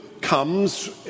comes